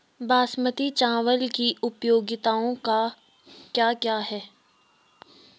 बासमती चावल की उपयोगिताओं क्या क्या हैं?